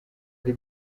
ari